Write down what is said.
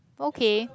okay